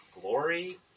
glory